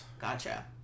Gotcha